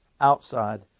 outside